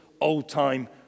old-time